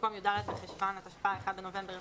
במקום "י"ד בחשוון התשפ"א (1 בנובמבר 2020)"